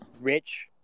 rich